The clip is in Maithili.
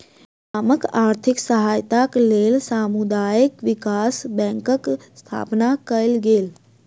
गामक आर्थिक सहायताक लेल समुदाय विकास बैंकक स्थापना कयल गेल